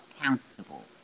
accountable